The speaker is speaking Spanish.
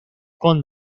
con